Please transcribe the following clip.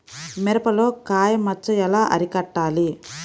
మిరపలో కాయ మచ్చ ఎలా అరికట్టాలి?